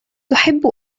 تحب